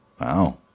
Wow